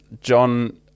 John